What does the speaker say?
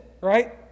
right